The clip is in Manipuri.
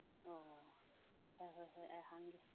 ꯑꯣ ꯍꯣꯏ ꯍꯣꯏ ꯍꯣꯏ ꯑꯩ ꯍꯪꯒꯦ